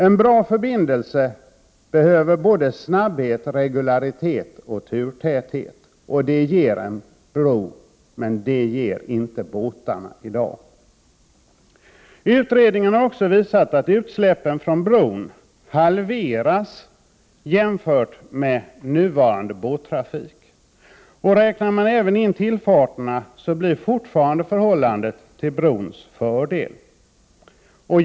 En bra förbindelse behöver både snabbhet, regularitet och turtäthet. Det ger en bro, men det ger inte båtarna i dag. Utredningen har också visat att utsläppen från biltrafiken på bron halveras jämfört med utsläppen från nuvarande båttrafik. Räknar man även in tillfarterna, blir förhållandet fortfarande till brons fördel.